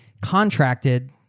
contracted